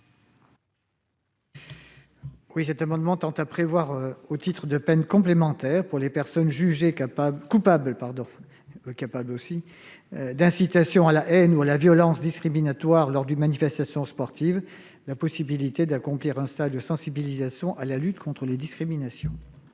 Cet amendement tend à prévoir, au titre de peine complémentaire pour les personnes jugées coupables d'incitation à la haine ou à la violence discriminatoire lors d'une manifestation sportive, la possibilité d'accomplir un stage de sensibilisation à la lutte contre les discriminations.